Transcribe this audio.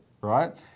right